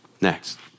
Next